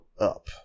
Up